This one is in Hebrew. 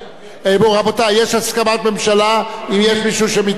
אם יש מישהו שמתנגד, יכול, לא, אין מתנגדים.